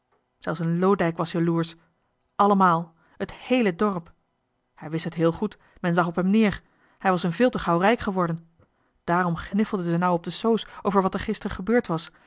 een loodijck was jeloersch allemaal het heele dorp hij wist het johan de meester de zonde in het deftige dorp heel goed men zag op hem neer hij was hun veel te gauw rijk geworden daarom gniffelden ze nou op de soos over wat er gister gebeurd was